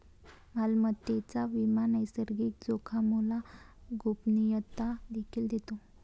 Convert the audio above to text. मालमत्तेचा विमा नैसर्गिक जोखामोला गोपनीयता देखील देतो